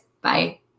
Bye